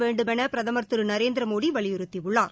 வேண்டுமென பிரதமர் திரு நரேந்திரமோடி வலியுறுத்தியுள்ளார்